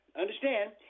understand